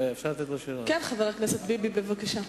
חבר הכנסת ביבי, בבקשה.